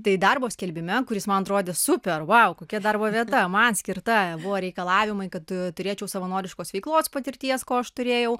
tai darbo skelbime kuris man atrodė super vau kokia darbo vieta man skirta buvo reikalavimai kad turėčiau savanoriškos veiklos patirties ko aš turėjau